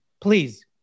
please